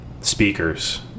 speakers